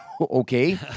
Okay